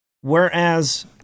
Whereas